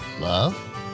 love